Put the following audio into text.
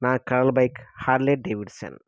నా కలల bike Harley Davidson